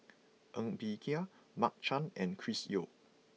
Ng Bee Kia Mark Chan and Chris Yeo